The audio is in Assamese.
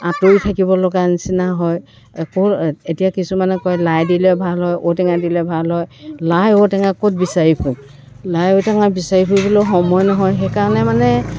আঁতৰি থাকিবলগা নিচিনা হয় আকৌ এতিয়া কিছুমানে কয় লাই দিলে ভাল হয় ঔটেঙা দিলে ভাল হয় লাই ঔটেঙা ক'ত বিচাৰি ফুৰোঁ লাই ঔটেঙা বিচাৰি ফুৰিবলৈও সময় নহয় সেইকাৰণে মানে